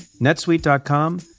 netsuite.com